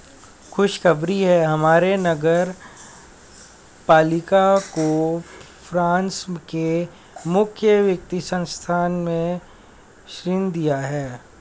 खुशखबरी है हमारे नगर पालिका को फ्रांस के मुख्य वित्त संस्थान ने ऋण दिया है